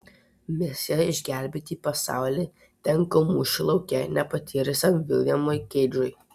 misija išgelbėti pasaulį tenka mūšio lauke nepatyrusiam viljamui keidžui